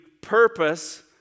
purpose